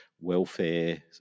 welfare